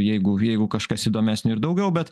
jeigu jeigu kažkas įdomesnio ir daugiau bet